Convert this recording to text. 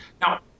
Now